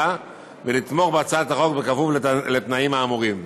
ולתמוך בהצעת החוק בכפוף לתנאים האמורים.